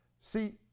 See